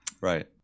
Right